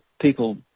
people